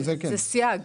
זה סייג.